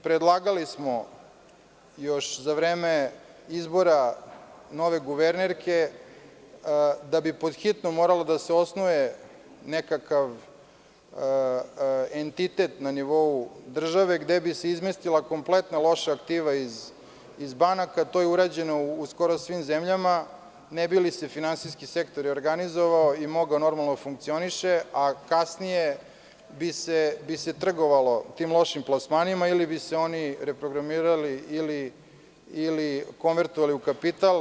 Predlagali smo još za vreme izbora nove guvernerke da bi moralo da se osnuje nekakav entitet na nivou države gde bi se izmestila kompletna loša aktiva iz banaka i to je urađeno u skoro svim zemljama, ne bi li se finansijski sektor organizovao i morao normalno da funkcioniše, a kasnije bi se trgovalo tim lošim plasmanima ili bi se oni reprogramirali ili konvertovali u kapital.